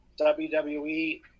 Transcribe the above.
WWE